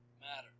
matter